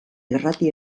irrati